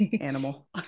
animal